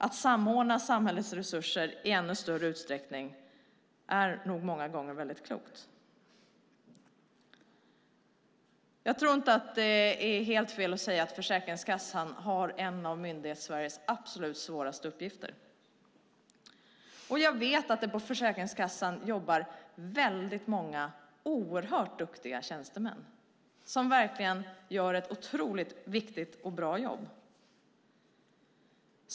Att samordna samhällets resurser i ännu större utsträckning är därför många gånger klokt. Det är nog inte helt fel att säga att Försäkringskassan har en av Myndighetssveriges absolut svåraste uppgifter. Jag vet att det jobbar många duktiga tjänstemän där som gör ett otroligt viktigt och bra jobb.